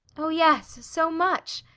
oh yes, so much.